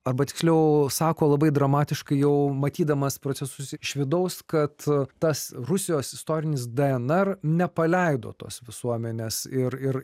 arba tiksliau sako labai dramatiškai jau matydamas procesus iš vidaus kad tas rusijos istorinis dnr nepaleido tos visuomenės ir ir